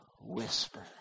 whisper